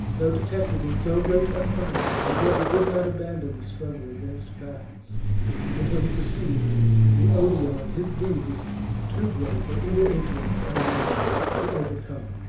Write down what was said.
though detected in so great a crime, jugurtha did not abandon the struggle against facts until he perceived that the odium of his deed was too great for either influence or money to overcome.